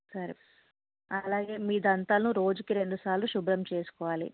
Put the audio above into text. సరే అలాగే మీ దంతాలను రోజుకి రెండుసార్లు శుభ్రం చేసుకోవాలి